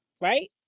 right